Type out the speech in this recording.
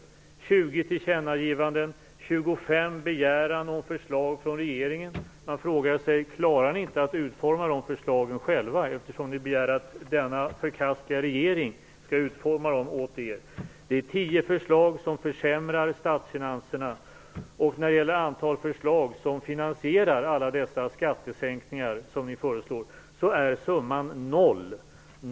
Det finns 20 tillkännagivanden och 25 anhållanden om förslag från regeringen. Man frågar sig om moderaterna inte klarar att utforma dessa förslag själva, eftersom de begär att denna förkastliga regering skall utforma förslagen åt dem. Det finns tio förslag som försämrar statsfinanserna. Antalet förslag som finansierar alla dessa skattesänkningar moderaterna föreslår uppgår till summan noll.